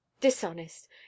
Dishonest